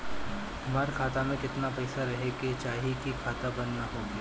हमार खाता मे केतना पैसा रहे के चाहीं की खाता बंद ना होखे?